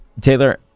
Taylor